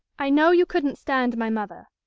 i know you couldn't stand my mother,